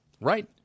right